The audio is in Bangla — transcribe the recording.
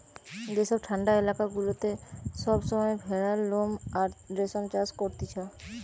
যেসব ঠান্ডা এলাকা গুলাতে সব সময় ভেড়ার লোম আর রেশম চাষ করতিছে